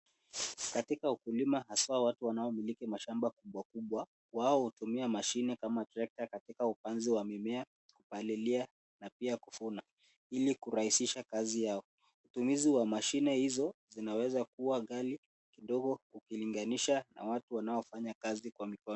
Katika ukulima haswa watu wanaomiliki mashamba kubwakubwa, wao hutumia mashine kama trekta katika upanzi wa mimea, kupalilia na pia kuvuna, hilli kurahisisha kazi yao. Hutumizi wa mashine hizo zinaweza kuwa ghali kidogo ukilinganisha na watu wanaofanya kazi kwa mikono.